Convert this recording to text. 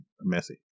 messy